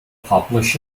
published